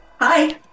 Hi